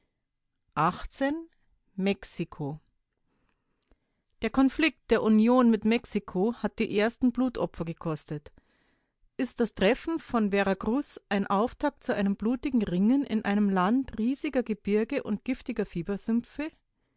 mexiko der konflikt der union mit mexiko hat die ersten blutopfer gekostet ist das treffen vor veracruz ein auftakt zu einem blutigen ringen in einem lande riesiger gebirge und giftiger